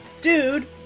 Dude